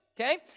Okay